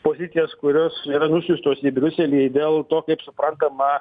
pozicijas kurios yra nusiųstos į briuselį dėl to kaip suprantama